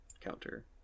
counter